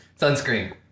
Sunscreen